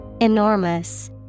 Enormous